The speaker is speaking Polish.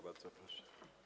Bardzo proszę.